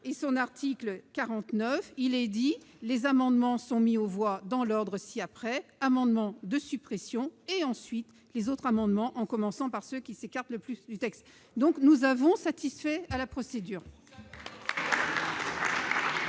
et son article 49, il est dit les amendements sont mis aux voix dans l'ordre si après amendement de suppression et ensuite les autres amendements en commençant par ceux qui s'écartent le plus du texte, donc nous avons satisfait à la procédure.